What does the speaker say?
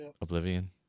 Oblivion